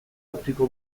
utziko